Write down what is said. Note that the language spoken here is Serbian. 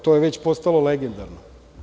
To je već postalo legendarno.